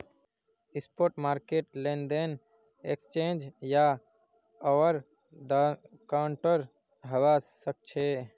spot market लेनदेन exchange या over the counter हवा सक्छे